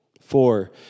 Four